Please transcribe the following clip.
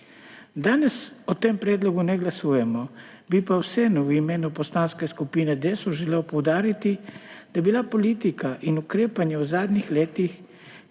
Danes o tem predlogu ne glasujemo, bi pa vseeno v imenu Poslanske skupine Desus želel poudariti, da je bila politika in ukrepanje v zadnjih letih,